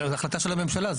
זו החלטה של הממשלה.